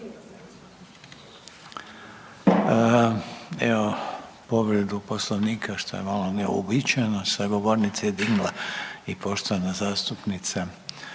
Evo povredu Poslovnika što je malo neuobičajeno sa govornice je dignula i poštovana zastupnica